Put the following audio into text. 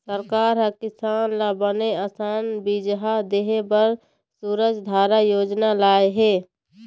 सरकार ह किसान ल बने असन बिजहा देय बर सूरजधारा योजना लाय हे